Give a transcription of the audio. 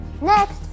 Next